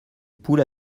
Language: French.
poules